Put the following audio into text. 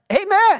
Amen